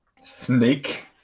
Snake